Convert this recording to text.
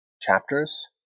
chapters